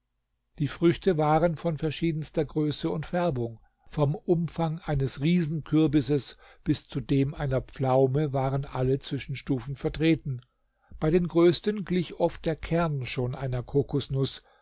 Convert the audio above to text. die früchte waren von verschiedenster größe und färbung vom umfang eines riesenkürbisses bis zu dem einer pflaume waren alle zwischenstufen vertreten bei den größten glich oft der kern schon einer kokosnuß